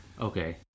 okay